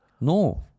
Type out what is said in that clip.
No